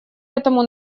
этому